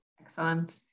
Excellent